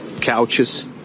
couches